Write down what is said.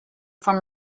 form